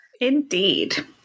Indeed